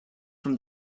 from